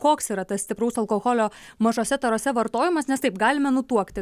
koks yra tas stipraus alkoholio mažose tarose vartojimas nes taip galime nutuokti